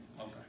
Okay